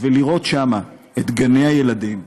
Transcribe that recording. ולראות שם את גני הילדים,